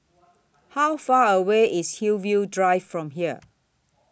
How Far away IS Hillview Drive from here